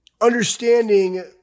understanding